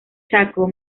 chaco